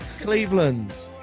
Cleveland